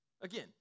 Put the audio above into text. Again